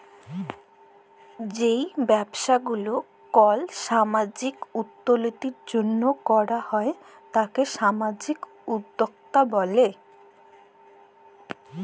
যেই ব্যবসা গুলা কল সামাজিক উল্যতির জন্হে করাক হ্যয় তাকে সামাজিক উদ্যক্তা ব্যলে